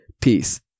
peace